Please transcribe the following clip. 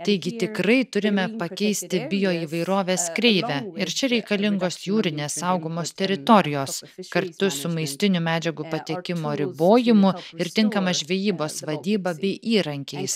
taigi tikrai turime pakeisti bioįvairovės kreivę ir čia reikalingos jūrinės saugomos teritorijos kartu su maistinių medžiagų patekimo ribojimu ir tinkama žvejybos vadyba bei įrankiais